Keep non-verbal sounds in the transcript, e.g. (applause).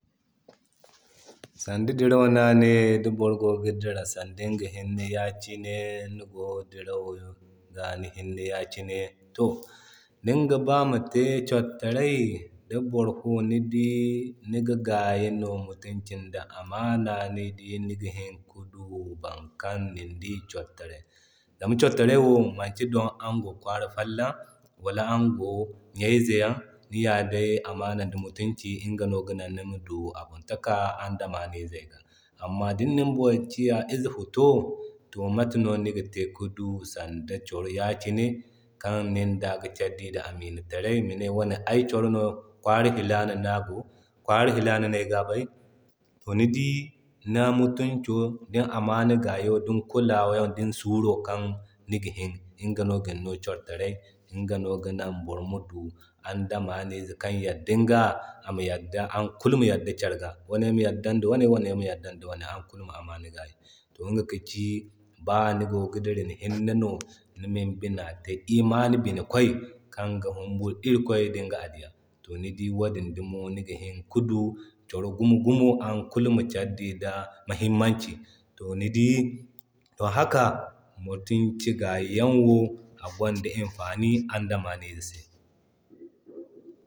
(noise) Sanda dirau no a ne di boro gogi dira sanda iŋga hinne ya kine ni goo dirau ga ni hiine yakine. To dinga ba nima te coritaray di borofo ni dii niga gay no mutumci ŋda amana ni dii niga hini ki du bankan ni dii corotaray. Zama cortaray wo manki arango kwara follon wala arango ɲayze yaŋ, ni ya day amana ŋda mutumci iŋga no ga nan nima du amintaka andameyze ga. Amma din nin bon te ize futo to mata no niga te ki du sanda coro yakine kan ninda ga kera dii ŋda amina taray mine wane ay coro no kwara filana no ago, kwara filana no ayga bay. To ni dii ni mutunco da amana gayyan din kulawa din suro kan niga hini, iŋga no gin no coro taray, iŋga no gin no coro taray, inga no ga nan boro ma du andameyze kan yaddin ga ama yadda aran kulu mi yadda kera ga. Wane mi yadda di wane, wane ma yadda di wane aran kulu ma amana gaayi. To iŋga ka ci ba nigogi dira ni hiine no nimin bina te imani bina kway, kan ga humburu irikoy ŋda a diiya. To ni di wadin dumo niga hini ka du coro gumo-gumo aran kulu ma kera gayi ŋda muhimmanci. To ni di don haka mutumci gaayi yanwo agwanda imfani andameyze se. (noise)